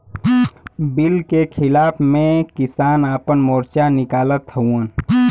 bill के खिलाफ़ में किसान आपन मोर्चा निकालत हउवन